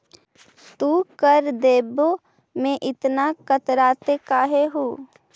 तू कर देवे में इतना कतराते काहे हु